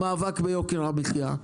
המאבק ביוקר המחיה,